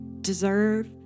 deserve